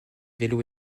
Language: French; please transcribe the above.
vélos